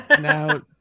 now